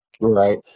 Right